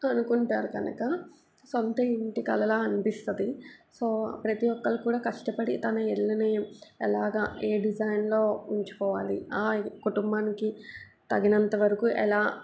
అనుకుంటారు కనుక సొంత ఇంటి కలలాగా అనిపిస్తుంది సో ప్రతి ఒక్కరు కూడా కష్టపడి తన ఇళ్ళని ఎలాగా ఏ డిజైన్లో ఉంచుకోవాలి ఆ కుటుంబానికి తగినంత వరకు ఎలా